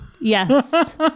Yes